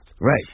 Right